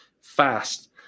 fast